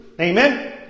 Amen